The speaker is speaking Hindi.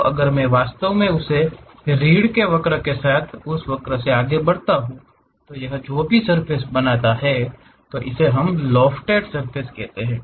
अब अगर मैं वास्तव में उस रीढ़ के वक्र के साथ इस वक्र को आगे बढ़ाता हूं तो यह जो भी सर्फ़ेस बनाता है उसे ही हम लॉफ्टेड सर्फ़ेस भी कहते हैं